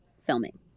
filming